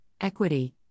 equity